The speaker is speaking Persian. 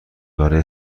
برای